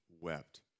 wept